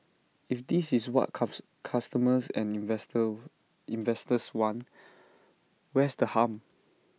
if this is what customers and investor investors want where's the harm